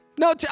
No